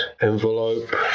envelope